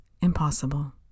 impossible